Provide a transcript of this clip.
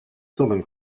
southern